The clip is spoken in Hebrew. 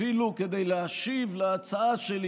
אפילו להשיב להצעה שלי,